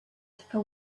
for